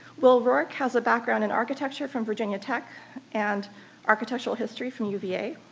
will rourk has a background in architecture from virginia tech and architectural history from uva.